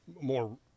More